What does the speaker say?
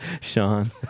Sean